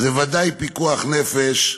זה ודאי פיקוח נפש,